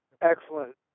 Excellent